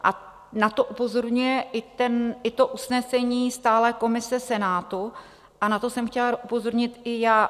A na to upozorňuje i to usnesení stálé komise Senátu a na to jsem chtěla upozornit i já.